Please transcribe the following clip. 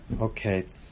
Okay